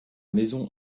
maison